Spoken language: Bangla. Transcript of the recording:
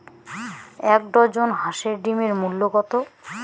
এক ডজন হাঁসের ডিমের মূল্য কত?